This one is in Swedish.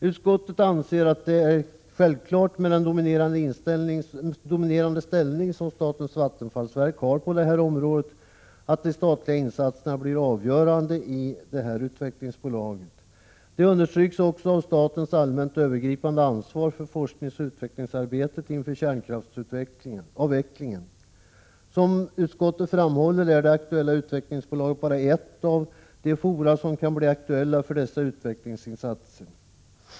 Utskottet anser att det är självklart, med den dominerande ställning som statens vattenfallsverk har på detta område, att de statliga insatserna blir avgörande i detta utvecklingsbolag. Detta understryks också av statens allmänt övergripande ansvar för forskningsoch utvecklingsarbetet inför kärnkraftsavvecklingen. Som utskottet framhållit är det aktuella utvecklingsbolaget bara ett av de fora som kan bli aktuella för dessa utvecklingsinsatser.